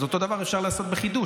אז אותו דבר אפשר לעשות בחידוש.